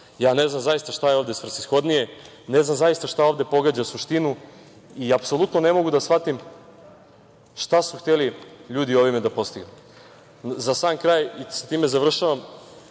Ne znam zaista šta je ovde svrsishodnije, ne znam zaista šta ovde pogađa suštinu i apsolutno ne mogu da shvatim šta su hteli ljudi ovim da postignu.Za sam kraj, s time završavam,